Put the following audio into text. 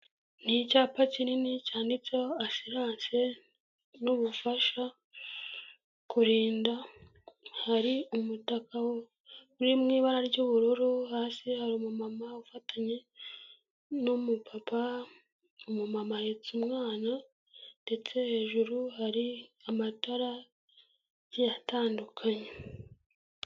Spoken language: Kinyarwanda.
Ni icyapa kinini cyanditse asiranse n'ubufasha kurinda, hari umutaka uri mu ibara ry'ubururu, hasi hari umuma ufatanye n'umupapa, umumama ahetse umwana ndetse hejuru hari amatara agiye atandukanye.